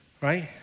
right